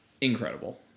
Incredible